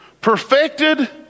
perfected